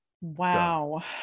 Wow